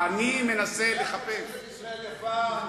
ביחד לארץ-ישראל יפה,